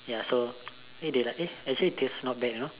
ya so eh they like eh actually this not bad you know